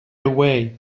away